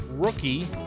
Rookie